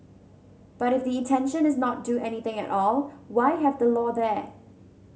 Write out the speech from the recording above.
but if the intention is not do anything at all why have the law there